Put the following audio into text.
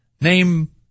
Name